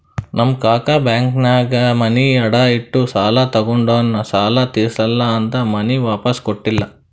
ನಮ್ ಕಾಕಾ ಬ್ಯಾಂಕ್ನಾಗ್ ಮನಿ ಅಡಾ ಇಟ್ಟು ಸಾಲ ತಗೊಂಡಿನು ಸಾಲಾ ತಿರ್ಸಿಲ್ಲಾ ಅಂತ್ ಮನಿ ವಾಪಿಸ್ ಕೊಟ್ಟಿಲ್ಲ